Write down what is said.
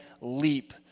leap